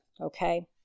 Okay